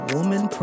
Woman